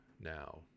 now